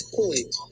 point